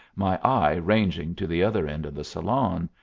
my eye ranging to the other end of the salon.